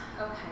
Okay